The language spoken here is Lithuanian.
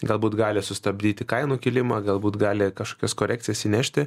galbūt gali sustabdyti kainų kilimą galbūt gali kažkokias korekcijas įnešti